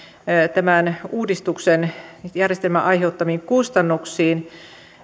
tämän järjestelmän uudistuksen aiheuttamiin kustannuksiin